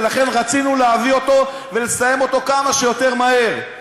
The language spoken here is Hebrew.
ולכן רצינו להביא אותו ולסיים אותו כמה שיותר מהר.